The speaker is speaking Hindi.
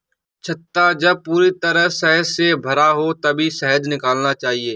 छत्ता जब पूरी तरह शहद से भरा हो तभी शहद निकालना चाहिए